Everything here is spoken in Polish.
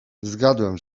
zgadłem